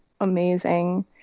amazing